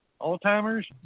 Alzheimer's